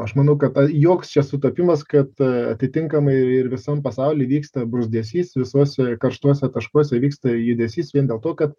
aš manau kad ta joks čia sutapimas kad atitinkamai ir ir visam pasauly vyksta bruzdesys visuose karštuose taškuose vyksta judesys vien dėl to kad